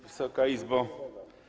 Wysoka Izbo!